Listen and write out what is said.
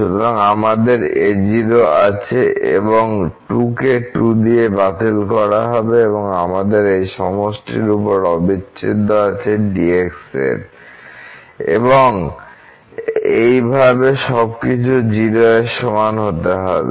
সুতরাং আমাদের a0 আছে এবং 2 কে 2 দিয়ে বাতিল করা হবে এবং আমাদের এই সমষ্টি উপর অবিচ্ছেদ্য আছে dx এর এবং এইভাবে সবকিছু 0 এর সমান হতে হবে